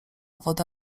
woda